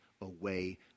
away